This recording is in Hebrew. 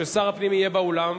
ששר הפנים יהיה באולם.